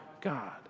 God